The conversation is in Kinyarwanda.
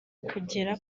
kugera